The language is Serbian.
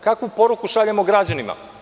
Kakvu poruku šaljemo građanima?